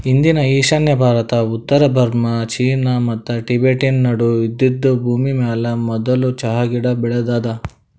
ಇಂದಿನ ಈಶಾನ್ಯ ಭಾರತ, ಉತ್ತರ ಬರ್ಮಾ, ಚೀನಾ ಮತ್ತ ಟಿಬೆಟನ್ ನಡು ಇದ್ದಿದ್ ಭೂಮಿಮ್ಯಾಲ ಮದುಲ್ ಚಹಾ ಗಿಡ ಬೆಳದಾದ